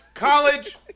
College